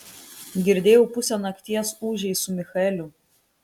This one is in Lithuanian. girdėjau pusę nakties ūžei su michaeliu